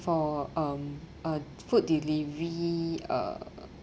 for um uh food delivery uh